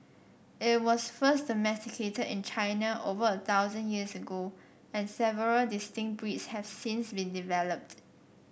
it was first domesticated in China over a thousand years ago and several distinct breeds have since been developed